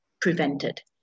prevented